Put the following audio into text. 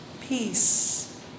peace